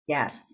Yes